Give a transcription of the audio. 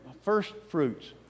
firstfruits